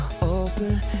open